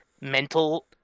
mental